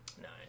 Nice